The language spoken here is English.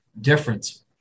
difference